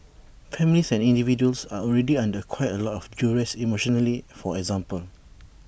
families and individuals are already under quite A lot of duress emotionally for example